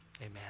Amen